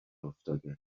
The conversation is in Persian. افتاده